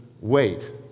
wait